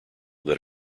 that